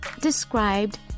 described